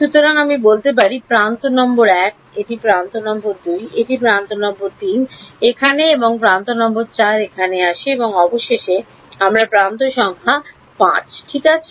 সুতরাং আমি বলতে পারি প্রান্ত নম্বর 1 এটি প্রান্ত নম্বর 2 এটি প্রান্ত নম্বর 3 এখানে এবং প্রান্ত সংখ্যা 4 এখানে আসে এবং অবশেষে আমার প্রান্ত সংখ্যা 5 ঠিক আছে